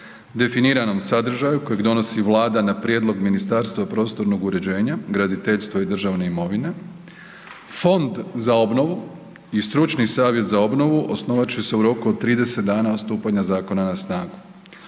definiranom sadržaju kojeg donosi Vlada na prijedlog Ministarstva prostornog uređenja, graditeljstva i državne imovine, Fond za obnovu i Stručni savjet za obnovu osnovat će se u roku od 30 dana od stupanja zakona na snagu.